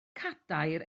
cadair